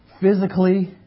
physically